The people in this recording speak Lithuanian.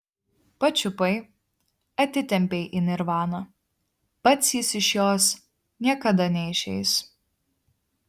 pačiupai atitempei į nirvaną pats jis iš jos niekada neišeis